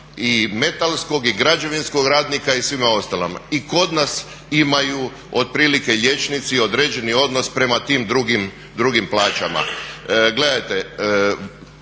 i metalskog i građevinskog radnika i svima ostalima. I kod nas imaju otprilike liječnici određeni odnos prema tim drugim plaćama.